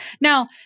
Now